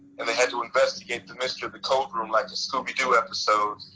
and they had to investigate the mystery of the coat room like the scooby-doo episode.